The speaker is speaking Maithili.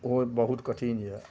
ओहो बहुत कठिन यऽ